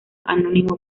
anónimo